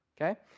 Okay